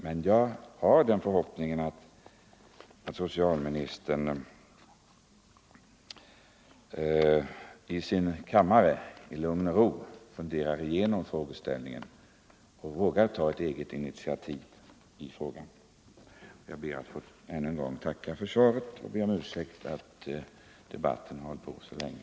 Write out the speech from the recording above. Jag har emellertid den förhoppningen 43 att socialministern i lugn och ro funderar igenom saken i sin kammare och vågar ta ett eget initiativ. Jag tackar ännu en gång för svaret, och jag ber om ursäkt för att debatten har hållit på så länge.